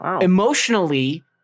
emotionally